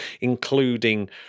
including